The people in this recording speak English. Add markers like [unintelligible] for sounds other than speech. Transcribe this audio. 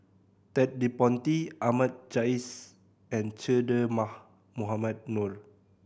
Ted De Ponti Ahmad Jais and Che Dah [unintelligible] Mohamed Noor